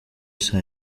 saa